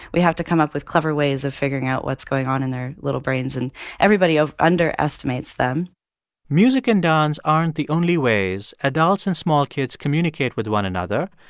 we have to come up with clever ways of figuring out what's going on in their little brains, and everybody underestimates them music and dance aren't the only ways adults and small kids communicate with one another.